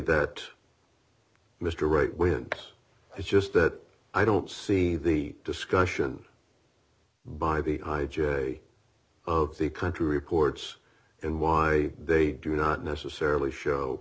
that mr right when it's just that i don't see the discussion by the hi jay of the country reports and why they do not necessarily show